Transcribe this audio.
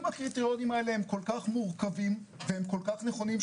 אם הקריטריונים האלה הם כל כך מורכבים והם כל כך נכונים,